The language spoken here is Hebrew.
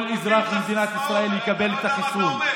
כל אזרח במדינת ישראל מקבל את החיסון.